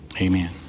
Amen